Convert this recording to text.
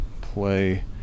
play